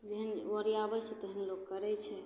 ओहिमे ओरिआबै छै तभी लोक करै छै